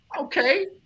Okay